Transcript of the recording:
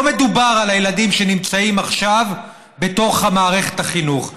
לא מדובר על הילדים שנמצאים עכשיו בתוך מערכת החינוך.